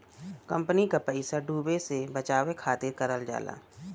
company क पइसा डूबे से बचावे खातिर करल जाला